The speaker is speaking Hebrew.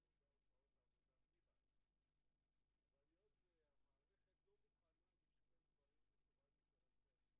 אני רק רוצה להגיד שאנחנו פה מכינים את החוק לקריאה ראשונה.